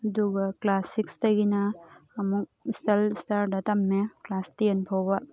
ꯑꯗꯨꯒ ꯀ꯭ꯂꯥꯁ ꯁꯤꯛꯁꯇꯒꯤꯅ ꯑꯃꯨꯛ ꯏꯁꯇꯔꯟ ꯁ꯭ꯇꯥꯔꯗ ꯇꯝꯃꯦ ꯀ꯭ꯂꯥꯁ ꯇꯦꯟ ꯐꯥꯎꯕ